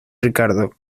ricardo